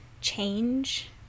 change